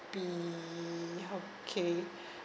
be okay